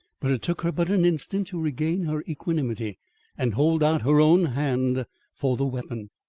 but it took her but an instant to regain her equanimity and hold out her own hand for the weapon.